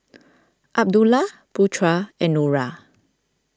Abdullah Putra and Nura